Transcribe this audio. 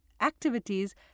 activities